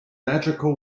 magical